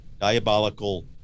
diabolical